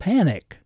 Panic